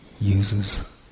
uses